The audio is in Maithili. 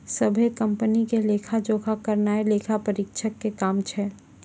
सभ्भे कंपनी के लेखा जोखा करनाय लेखा परीक्षक के काम छै